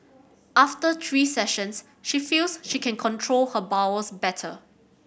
after three sessions she feels she can control her bowels better